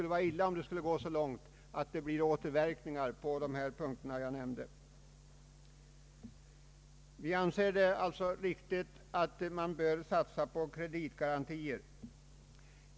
Det vore illa om detta gick så långt att det blir återverkningar på de punkter jag nämnde. Vi anser det således viktigt att åtgärder vidtages som gör det möjligt för varvsindustrin att fortleva och ge sysselsättning och exportinkomster.